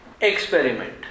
Experiment